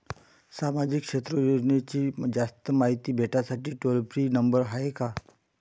सामाजिक क्षेत्र योजनेची जास्त मायती भेटासाठी टोल फ्री नंबर हाय का?